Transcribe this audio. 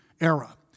era